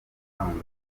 umuhango